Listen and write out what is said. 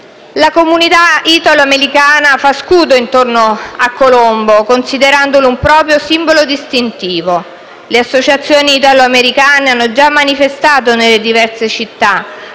La comunità italoamericana fa scudo intorno a Colombo, considerandolo un proprio simbolo distintivo. Le associazioni italoamericane hanno già manifestato nelle diverse città,